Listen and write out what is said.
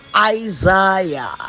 isaiah